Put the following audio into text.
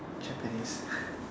japanese